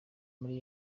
muri